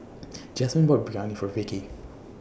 Jasmine bought Biryani For Vicie